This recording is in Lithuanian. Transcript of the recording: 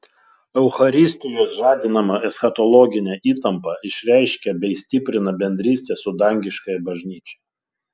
eucharistijos žadinama eschatologinė įtampa išreiškia bei stiprina bendrystę su dangiškąja bažnyčia